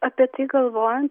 apie tai galvojant